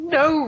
no